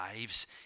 lives